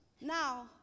Now